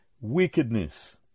wickedness